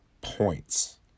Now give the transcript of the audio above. points